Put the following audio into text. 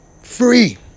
Free